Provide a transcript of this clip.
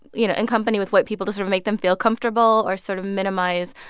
you know, in company with white people to sort of make them feel comfortable or sort of minimize,